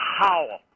howl